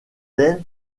den